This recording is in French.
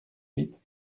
huit